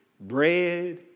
bread